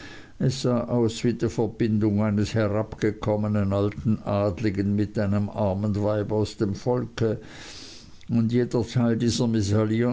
aus wie die verbindung eines herabgekommenen alten adligen mit einem armen weib aus dem volke und jeder teil dieser